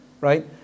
Right